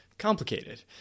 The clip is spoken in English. complicated